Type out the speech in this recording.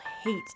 hate